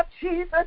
Jesus